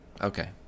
okay